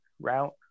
route